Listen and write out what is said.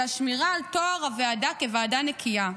אלא שמירה על טוהר הוועדה כוועדה נקייה.